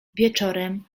wieczorem